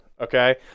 okay